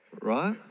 Right